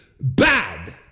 bad